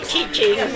Teaching